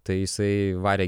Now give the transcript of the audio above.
tai jisai varė